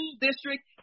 district